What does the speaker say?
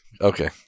Okay